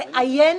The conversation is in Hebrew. לעיין